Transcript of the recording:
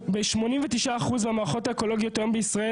89% מהמערכות האקולוגיות היום בישראל